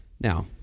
Now